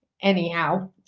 anyhow